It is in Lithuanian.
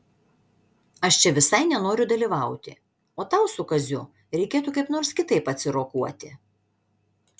aš čia visai nenoriu dalyvauti o tau su kaziu reikėtų kaip nors kitaip atsirokuoti